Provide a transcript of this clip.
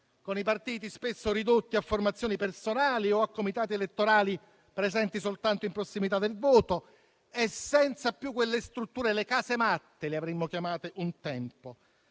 con i partiti spesso ridotti a formazioni personali o a comitati elettorali presenti soltanto in prossimità del voto e senza più quelle strutture - le casematte, le avremmo chiamate un tempo